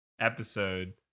episode